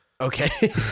Okay